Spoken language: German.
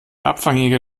abfangjäger